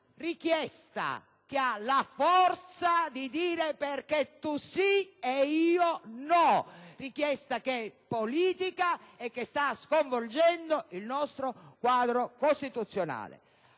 richiesta che ha la forza di dire «tu sì e io no», una richiesta che è politica e sta sconvolgendo il nostro quadro costituzionale.